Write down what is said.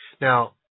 Now